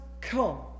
come